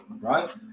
right